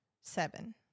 seven